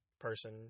person